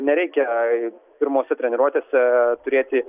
nereikia pirmose treniruotėse turėti